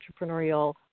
entrepreneurial